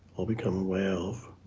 or become aware of